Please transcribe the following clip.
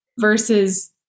versus